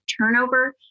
turnover